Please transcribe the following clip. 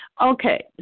Okay